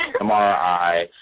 MRI